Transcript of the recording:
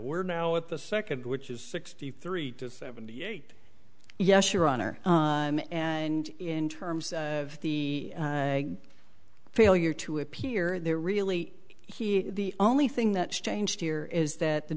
we're now at the second which is sixty three to seventy eight yes your honor and in terms of the failure to appear there really he is the only thing that's changed here is that the